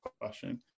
question